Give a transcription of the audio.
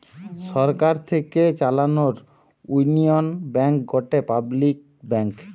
সরকার থেকে চালানো union bank গটে পাবলিক ব্যাঙ্ক